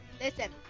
listen